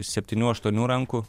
septynių aštuonių rankų